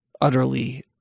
utterly